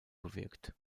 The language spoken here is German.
bewirkt